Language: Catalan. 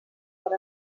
per